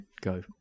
go